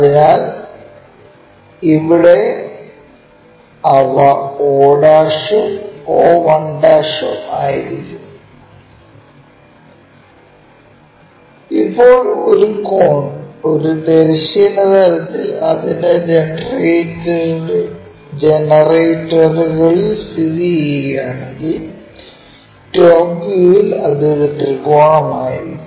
അതിനാൽ ഇവിടെ അവ o' ഉം o 1' ഉം ആയിരിക്കും Refer Slide Time 1006 ഇപ്പോൾ ഒരു കോൺ ഒരു തിരശ്ചീന തലത്തിൽ അതിന്റെ ജനറേറ്ററുകളിൽ സ്ഥിതി ചെയ്യുകയാണെങ്കിൽ ടോപ് വ്യൂവിൽ അത് ഒരു ത്രികോണമായിരിക്കും